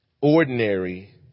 ordinary